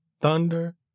thunder